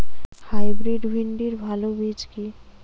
Hybrid ভিন্ডির ভালো বীজ কি?